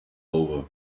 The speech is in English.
over